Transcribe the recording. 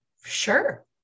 Sure